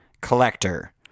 Collector